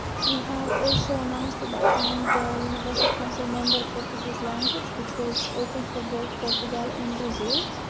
we have also announced at that time the universal council member portuguese language which was open for both portugal and brazil.